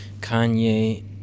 Kanye